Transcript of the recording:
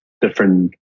different